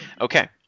Okay